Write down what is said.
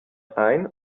ein